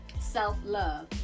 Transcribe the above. self-love